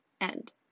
end